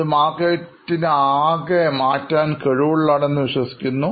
ഇത് മാർക്കറ്റിൽ ആകെ മാറ്റാൻ കഴിവുള്ളതാണ് എന്ന് വിശ്വസിക്കുന്നു